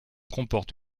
comporte